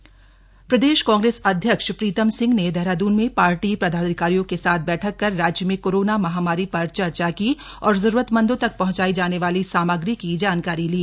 कांग्रेस बैठक प्रदेश कांग्रेस अध्यक्ष प्रीतम सिंह ने देहरादून में पार्टी पदाधिकारियों के साथ बैठक कर राज्य में कोरोना महामारी पर चर्चा की और जरूरतमंदों तक पहंचाई जाने वाली सामग्री की जानकारी ली